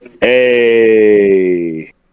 Hey